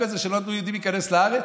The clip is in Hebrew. קצת לדברים שקשורים לבריאות.